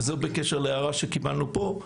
וזה בקשר להערה שקיבלנו פה,